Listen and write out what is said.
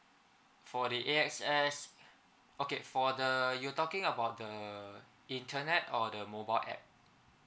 for the A_X_S okay for the you're talking about the internet or the mobile app